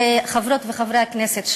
חברות וחברי הכנסת,